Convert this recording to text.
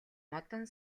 модон